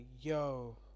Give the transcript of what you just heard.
yo